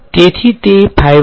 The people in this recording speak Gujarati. વિદ્યાર્થી r